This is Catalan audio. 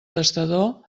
testador